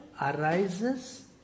arises